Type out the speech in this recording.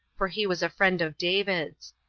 for he was a friend of david's.